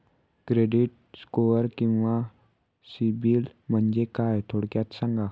Credit score किंवा सिबिल म्हणजे काय? थोडक्यात सांगा